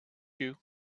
you